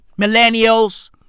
Millennials